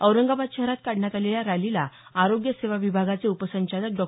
औरंगाबाद शहरात काढण्यात आलेल्या रॅलीला आरोग्य सेवा विभागाचे उपसंचालक डॉ